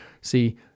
See